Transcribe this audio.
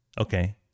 okay